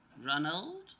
Ronald